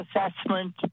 assessment